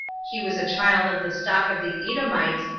he was a child of the stock of the edomites,